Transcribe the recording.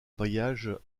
bailliages